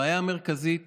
הבעיה המרכזית